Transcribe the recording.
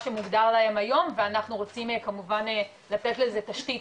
שמוגדר להם היום ואנחנו רוצים כמובן לתת לזה תשתית